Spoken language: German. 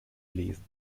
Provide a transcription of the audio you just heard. lesen